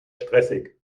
stressig